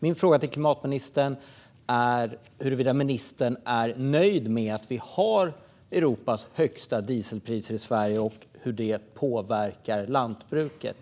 Min fråga till klimatministern är huruvida ministern är nöjd med att Sverige har Europas högsta dieselpriser och hur detta påverkar lantbruket.